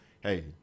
Hey